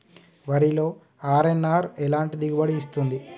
వరిలో అర్.ఎన్.ఆర్ ఎలాంటి దిగుబడి ఇస్తుంది?